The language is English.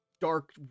dark